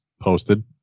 posted